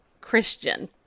Christian